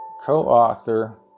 Co-author